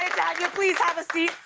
you. please have a seat.